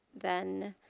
then,